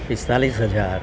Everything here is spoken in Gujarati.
પિસ્તાળીસ હજાર